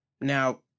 Now